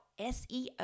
SEO